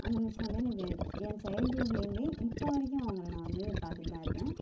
அந்த மிஸ் வந்து எனக்கு என் சைல்ட்வுட்லேருந்தே இப்போ வரைக்கும் அவங்களை நான் வந்து பார்த்துட்டு தான் இருக்கேன்